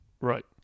Right